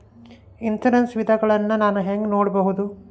Insurance ವಿಧಗಳನ್ನ ನಾನು ಹೆಂಗ ನೋಡಬಹುದು?